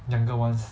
younger ones